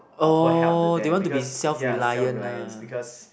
oh they want to be self reliant nah